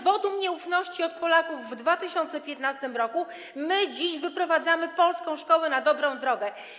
wotum nieufności od Polaków w 2015 r., my dziś wyprowadzamy polską szkołę na dobrą drogę.